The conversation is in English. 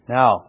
Now